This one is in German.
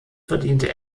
verdiente